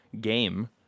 game